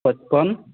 पचपन